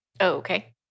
Okay